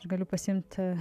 aš galiu pasiimti